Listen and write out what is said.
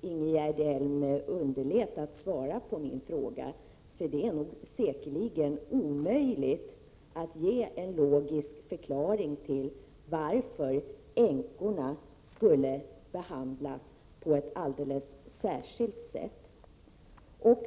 Ingegerd Elm underlät att svara på min fråga. Det är säkerligen omöjligt att ge en logisk förklaring till att änkorna skulle behandlas på ett alldeles särskilt sätt. Herr talman!